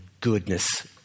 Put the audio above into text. goodness